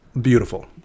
Beautiful